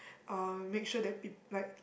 um make sure that people like